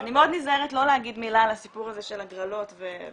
אני מאוד נזהרת לא להגיד מילה על הסיפור הזה של הגרלות וזכאי